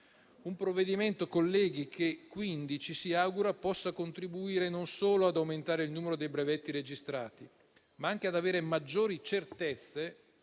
Un provvedimento, quindi, colleghi, che ci si augura possa contribuire non solo ad aumentare il numero dei brevetti registrati, ma anche ad avere maggiori certezze